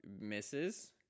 misses